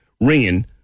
ringing